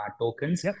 tokens